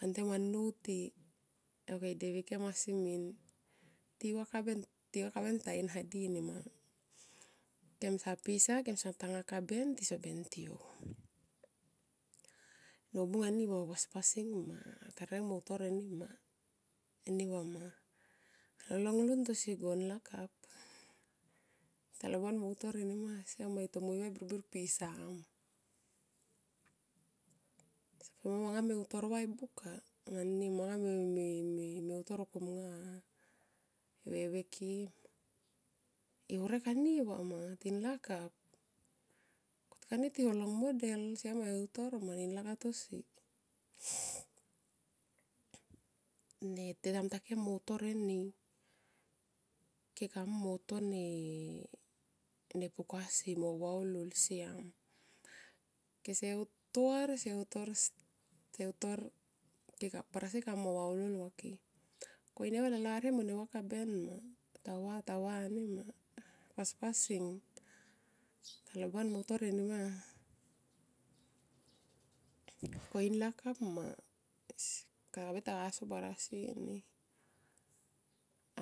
Vantem annou ti ok devi kem asi min. Tiva kaben ta inha di nima. Kemsa pisa kemsa pu tangu kaben tiso bentio. Nobung ani va, pas pasing ma yo ta rireng mo utor enima. Neva ma, lolong lon tosi go nlakap talobanmo utor enima siama e tomoive birbir pisam. So manga me utor vai buka mani manga me utor kam nga e veve kei ma. E horek ani va ma tin lakap. Koyki ani tiho long model siama e heutor ma nlakap tosi ne tita mungtua kem mo utor eni. Ke kaamui mo to ne pukasi mo vaholhol siam kese utor kese utor barasi kamo vaholhol va ke ko i neva la larie mo i neva kaben ma. tava tava nima paspasing talo ban mo utor enim. Ko in lakapma kabe taga so barasini